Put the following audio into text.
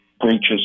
breaches